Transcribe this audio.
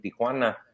tijuana